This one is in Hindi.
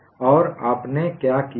और आपने क्या किया है